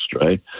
right